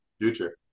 future